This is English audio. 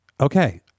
okay